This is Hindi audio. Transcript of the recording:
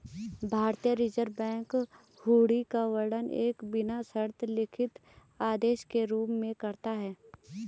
भारतीय रिज़र्व बैंक हुंडी का वर्णन एक बिना शर्त लिखित आदेश के रूप में करता है